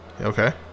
Okay